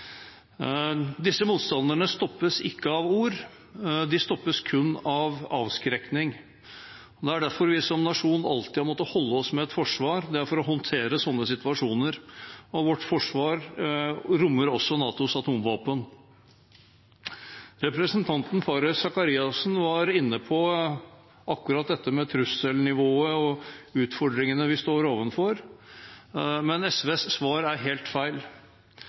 Disse motstanderne stoppes ikke av ord, de stoppes kun av avskrekking. Det er derfor vi som nasjon alltid har måttet holde oss med et forsvar – det er for å håndtere slike situasjoner – og vårt forsvar rommer også NATOs atomvåpen. Representanten Faret Sakariassen var inne på trusselnivået og utfordringene vi står overfor, men SVs svar er helt feil.